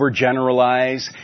overgeneralize